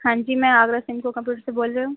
ہاں جی میں آگرہ سمکو کمپیوٹر سے بول رہی ہوں